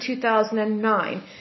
2009